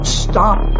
stop